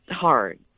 hard